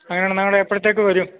അങ്ങനെ ആണേൽ നാളെ എപ്പോഴത്തേക്ക് വരും